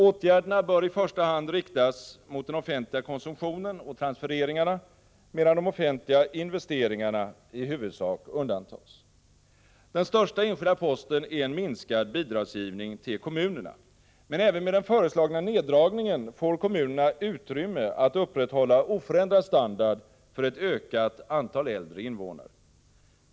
Åtgärderna bör i första hand riktas mot den offentliga konsumtionen och transfereringarna, medan de offentliga investeringarna i huvudsak undantas. Den största enskilda posten är en minskad bidragsgivning till kommunerna. Men även med den föreslagna neddragningen får kommunerna utrymme att upprätthålla oförändrad standard för ett ökat antal äldre invånare.